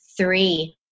three